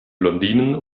blondinen